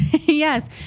Yes